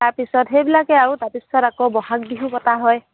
তাৰ পিছত সেইবিলাকে আৰু তাৰ পিছত আকৌ বহাগ বিহু পতা হয়